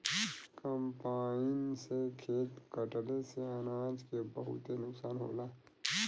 combine से खेत कटले से अनाज के बहुते नुकसान होला